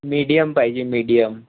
medium पाहिजे medium